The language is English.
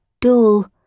dull